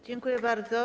Dziękuję bardzo.